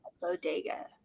bodega